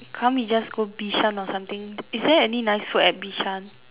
can't we just go Bishan or something is there any nice food at Bishan